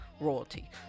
royalty